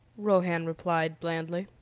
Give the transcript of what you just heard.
rohan replied blandly.